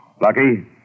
Lucky